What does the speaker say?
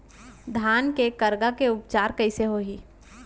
धान के करगा के उपचार कइसे होही?